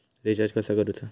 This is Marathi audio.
रिचार्ज कसा करूचा?